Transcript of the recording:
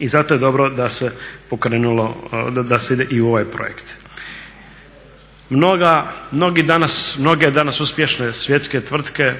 I zato je dobro da se ide i u ovaj projekt. Mnoge danas uspješne svjetske tvrtke